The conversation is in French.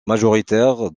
majoritaire